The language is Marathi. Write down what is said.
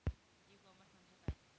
ई कॉमर्स म्हणजे काय?